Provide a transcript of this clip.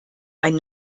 ein